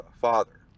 father